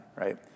right